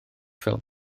ffilm